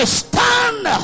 stand